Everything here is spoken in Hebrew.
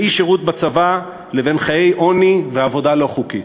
אי-שירות בצבא לבין חיי עוני ועבודה לא חוקית.